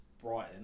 Brighton